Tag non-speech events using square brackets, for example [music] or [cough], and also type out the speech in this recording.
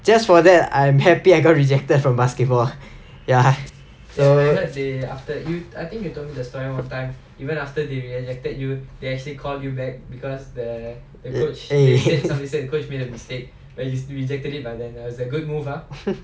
just for that I am happy I got rejected from basketball ya so [laughs]